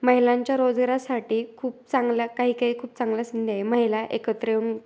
महिलांच्या रोजगारासाठी खूप चांगल्या काही काही खूप चांगल्या संधी आहे महिला एकत्र येऊन